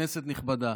כנסת נכבדה,